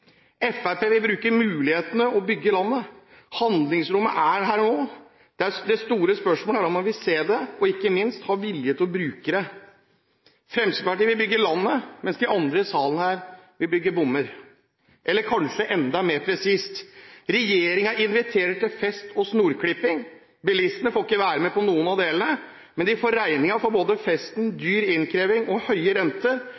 Fremskrittspartiet vil bruke mulighetene og bygge landet. Handlingsrommet er her nå. Det store spørsmålet er om man vil se det – og ikke minst ha vilje til å bruke det. Fremskrittspartiet vil bygge landet, mens de andre her i salen vil bygge bommer – eller kanskje enda mer presist: Regjeringen inviterer til fest og snorklipping. Bilistene får ikke være med på noen av delene, men de får regningen for både festen,